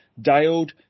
diode